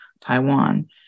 Taiwan